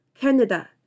Canada